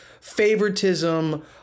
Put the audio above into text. favoritism